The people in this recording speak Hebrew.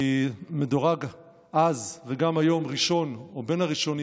מדורג אז וגם היום ראשון או בין הראשונים